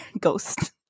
ghost